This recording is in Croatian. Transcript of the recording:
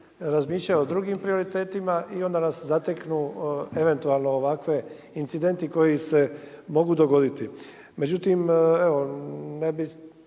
razmišljaju o drugim prioritetima i onda nas zateknu eventualno ovakvi incidenti koji se mogu dogoditi. Međutim evo ne bi